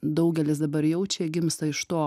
daugelis dabar jaučia gimsta iš to